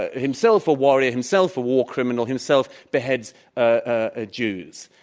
ah himself a warrior, himself a war criminal, himself beheads ah jews.